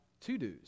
to-dos